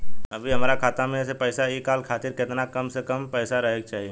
अभीहमरा खाता मे से पैसा इ कॉल खातिर केतना कम से कम पैसा रहे के चाही?